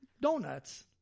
donuts